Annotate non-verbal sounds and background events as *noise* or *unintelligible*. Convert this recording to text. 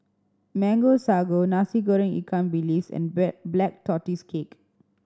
Mango Sago Nasi Goreng ikan bilis and *unintelligible* Black Tortoise Cake